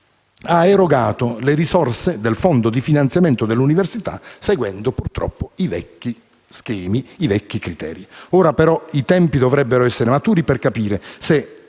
erogate le risorse del Fondo di finanziamento dell'università seguendo purtroppo i vecchi schemi e i vecchi criteri. Ora però i tempi dovrebbero essere maturi per capire se,